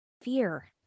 fear